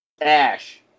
Ash